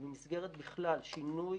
ובמסגרת בכלל שינוי